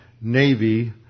Navy